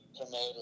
promoter